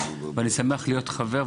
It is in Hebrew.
אני שמח להיות חבר,